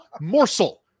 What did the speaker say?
morsel